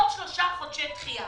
עוד שלושה חודשי דחייה,